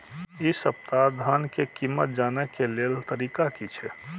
इ सप्ताह धान के कीमत जाने के लेल तरीका की छे?